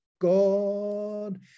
God